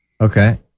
Okay